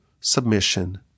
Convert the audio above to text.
submission